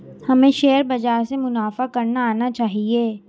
हमें शेयर बाजार से मुनाफा करना आना चाहिए